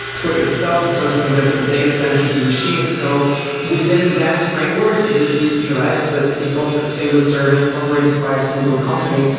twitter itself is hosted on different data centers and machines. so within that framework, it is decentralized, but it's also a single service operated by single company.